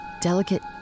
delicate